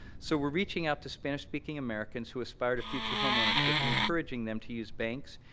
so, we're reaching out to spanish-speaking americans who aspire to future homeownership and encouraging them to use banks,